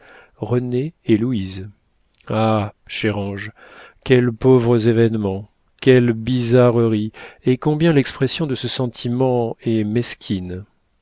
renée et louise ah chère ange quels pauvres événements quelle bizarrerie et combien l'expression de ce sentiment est mesquine